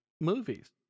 movies